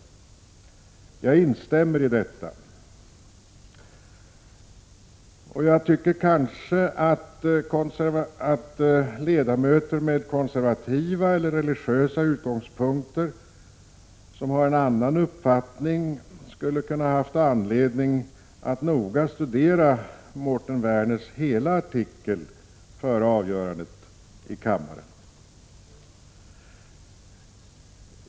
Jag instämmer i detta. Jag tycker att ledamöter med konservativa eller religiösa utgångspunkter, som har en annan uppfattning, skulle ha kunnat ha anledning att noga studera Mårten Werners hela artikel före avgörandet i kammaren.